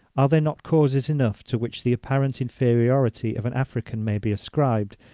are there not causes enough to which the apparent inferiority of an african may be ascribed,